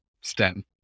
STEM